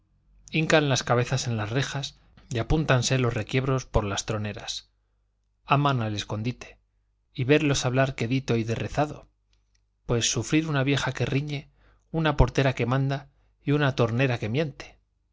hincan las cabezas en las rejas y apúntanse los requiebros por las troneras aman al escondite y verlos hablar quedito y de rezado pues sufrir una vieja que riñe una portera que manda y una tornera que miente